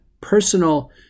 personal